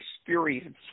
experience